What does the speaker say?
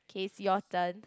okay it's your turn